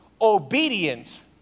obedience